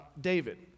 David